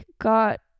got